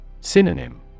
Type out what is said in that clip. Synonym